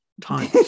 Time